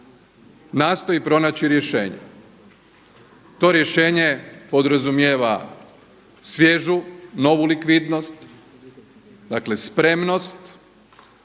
nastoji pronaći rješenje. To rješenje podrazumijeva svježu, novu likvidnost, dakle spremnost